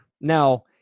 Now